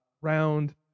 round